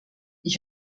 ich